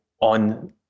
on